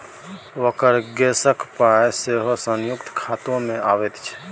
ओकर गैसक पाय सेहो संयुक्ते खातामे अबैत छै